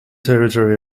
territory